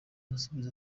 arasubiza